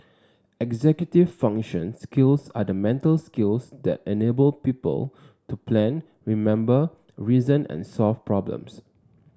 executive function skills are the mental skills that enable people to plan remember reason and solve problems